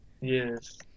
Yes